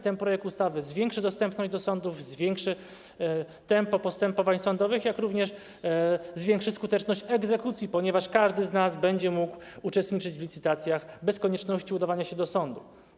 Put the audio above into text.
Ten projekt ustawy zwiększy dostępność sądów, zwiększy tempo postępowań sądowych, jak również zwiększy skuteczność egzekucji, ponieważ każdy z nas będzie mógł uczestniczyć w licytacjach bez konieczności udawania się do sądu.